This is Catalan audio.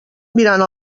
mirant